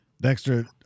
Dexter